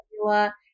formula